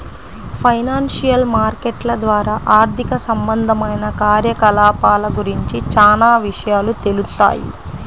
financial మార్కెట్ల ద్వారా ఆర్థిక సంబంధమైన కార్యకలాపాల గురించి చానా విషయాలు తెలుత్తాయి